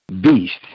beast